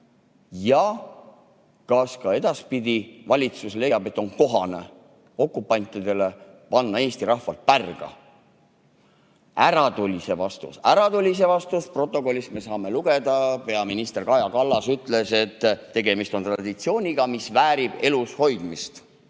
ja kas ka edaspidi valitsus leiab, et on kohane panna okupantidele Eesti rahvalt pärga. Ära tuli see vastus! Ära tuli see vastus! Stenogrammist me saame lugeda: peaminister Kaja Kallas ütles, et tegemist on traditsiooniga, mis väärib elus hoidmist.